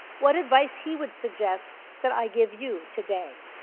what advice he would suggest that i give you today,